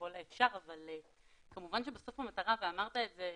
ככל האפשר, אבל כמובן שבסוף המטרה, ואמרת את זה,